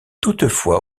toutefois